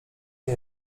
nie